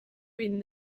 reading